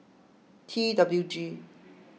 T W G